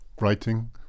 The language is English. writing